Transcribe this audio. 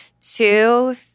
two